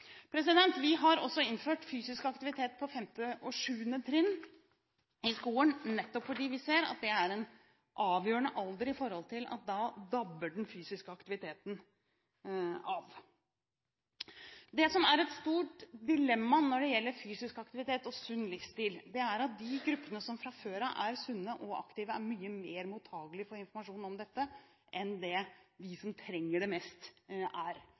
sammenheng. Vi har også innført fysisk aktivitet på 5. og 7. trinn i skolen, nettopp fordi vi ser at det er en avgjørende alder med tanke på at den fysiske aktiviteten da dabber av. Det som er et stort dilemma når det gjelder fysisk aktivitet og sunn livsstil, er at de gruppene som fra før av er sunne og aktive, er mye mer mottagelige for informasjon om dette enn det de som trenger det mest, er.